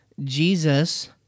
Jesus